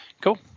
Cool